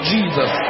Jesus